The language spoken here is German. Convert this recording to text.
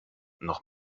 noch